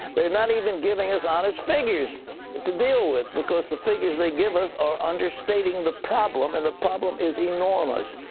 theyre not even giving us honest figures to deal with, because the figures they give us are understating the problem, and the problem is enormous.